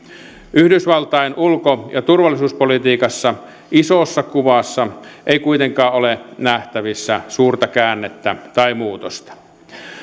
yhdysvaltain ulko ja turvallisuuspolitiikassa ei isossa kuvassa kuitenkaan ole nähtävissä suurta käännettä tai muutosta